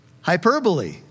hyperbole